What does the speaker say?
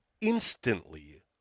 instantly